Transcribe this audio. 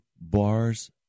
bars